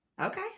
Okay